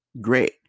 great